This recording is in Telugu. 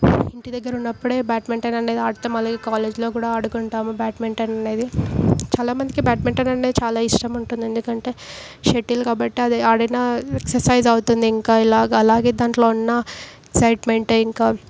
ఇంటి దగ్గర ఉన్నప్పుడే బ్యాడ్మింటన్ అనేది ఆడతాం అలాగే కాలేజ్లో కూడా ఆడుకుంటాము బ్యాడ్మింటన్ అనేది చాలా మందికి బ్యాడ్మింటన్ అనేది చాలా ఇష్టం ఉంటుంది ఎందుకంటే షటిల్ కాబట్టి అది ఆడినా ఎక్సర్సైజ్ అవుతుంది ఇంకా ఇలా అలాగే దాంట్లో ఉన్న ఎక్సైట్మెంట్ ఇంకా